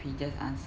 we just ask